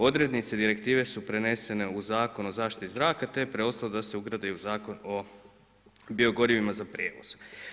Odrednice direktive su prenesene u Zakon o zaštiti zraka te je preostalo da se ugradi u Zakon o bio gorivima za prijevoz.